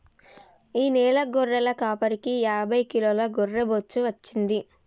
ఈ నెల గొర్రెల కాపరికి యాభై కిలోల గొర్రె బొచ్చు వచ్చింది